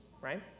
right